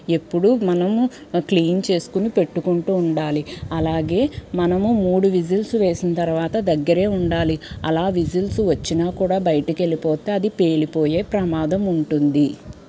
ఎప్పుడు మనం క్లీన్ చేసుకుని పెట్టుకుంటూ ఉండాలి అలాగే మనము మూడు విజిల్స్ వేసిన తర్వాత దగ్గరే ఉండాలి అలా విజిల్స్ వచ్చినా కూడా బయటికి వెళ్ళిపోతే అది పేలిపోయే ప్రమాదం ఉంటుంది